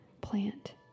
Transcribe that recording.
plant